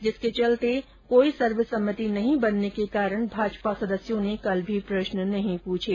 जिसके चलते कोई सर्वसम्मति नहीं बनने के कारण भाजपा सदस्यों ने कल भी प्रश्न नहीं पूछे